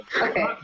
okay